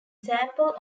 sample